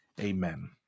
Amen